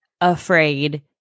afraid